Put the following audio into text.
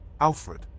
Alfred